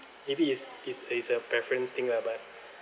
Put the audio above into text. maybe is is a is a preference thing lah but